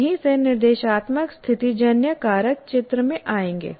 यहीं से निर्देशात्मक स्थितिजन्य कारक चित्र में आएंगे